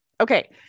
Okay